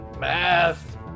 Math